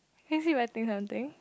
is it wetting something